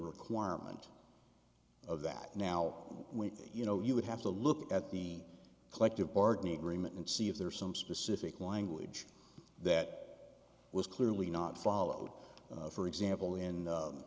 requirement of that now when you know you would have to look at the collective bargaining agreement and see if there's some specific language that was clearly not followed for example in